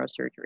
neurosurgery